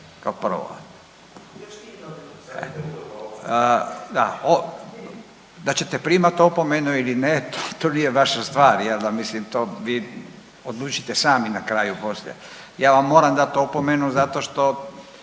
da ćete primati opomenu ili ne to nije vaša stvar, mislim to vi odlučite sami na kraju poslije. Ja vam moram dati opomenu zato što